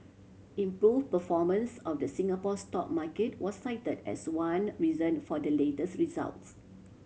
improve performance of the Singapore stock market was cited as one reason for the latest results